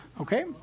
okay